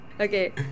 okay